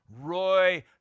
Roy